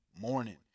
morning